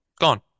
Gone